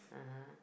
(uh huh)